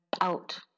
out